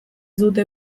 dute